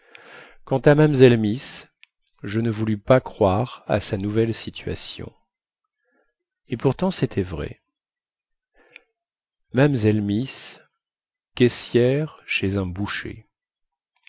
quant à mamzelle miss je ne voulus pas croire à sa nouvelle situation et pourtant cétait vrai mamzelle miss caissière chez un boucher